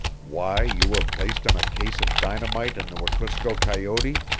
why you were placed on a case of dynamite in the wekusko coyote,